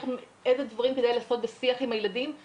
איך מסתכלים על הילדים בתקופת הקורונה בשימוש בחומרים.